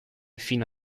fino